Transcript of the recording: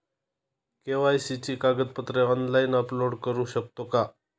KYC ची कागदपत्रे online upload करू शकतो का?